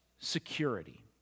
security